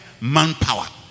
manpower